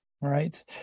right